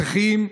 צריכים,